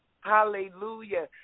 hallelujah